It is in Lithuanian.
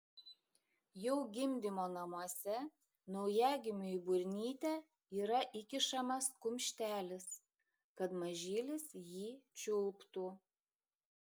jau gimdymo namuose naujagimiui į burnytę yra įkišamas kumštelis kad mažylis jį čiulptų